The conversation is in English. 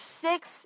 six